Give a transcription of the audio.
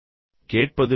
கேட்பதை பற்றி பார்ப்போம்